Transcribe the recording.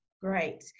Great